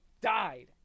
died